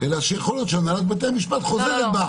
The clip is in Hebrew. אלא שיכול להיות שהנהלת בתי המשפט חוזרת בה.